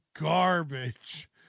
garbage